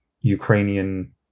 Ukrainian